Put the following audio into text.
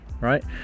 right